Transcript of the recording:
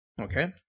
Okay